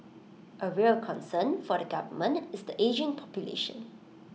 A real concern for the government is the ageing population